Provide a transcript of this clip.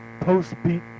post-beat